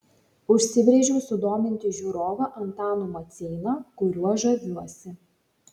užsibrėžiau sudominti žiūrovą antanu maceina kuriuo žaviuosi